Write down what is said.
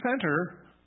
center